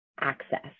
access